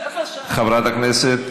חברת הכנסת